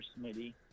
Smitty